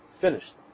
finished